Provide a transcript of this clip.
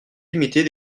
limitée